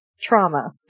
Trauma